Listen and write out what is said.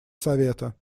совета